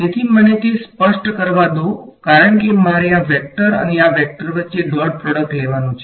તેથી મને તે સ્પષ્ટ કરવા દો કારણ કે મારે આ વેક્ટર અને આ વેક્ટર વચ્ચે ડોટ પ્રોડક્ટ લેવાની છે